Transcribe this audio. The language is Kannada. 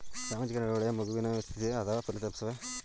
ಸಾಮಾಜಿಕ ನಡವಳಿಕೆಯು ಮಗುವಿನ ಸ್ಥಿತಿಯೇ ಅಥವಾ ಫಲಿತಾಂಶವೇ?